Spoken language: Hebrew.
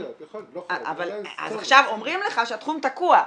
יכול להיות -- אז עכשיו אומרים לך שהתחום תקוע.